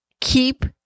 Keep